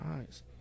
eyes